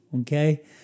okay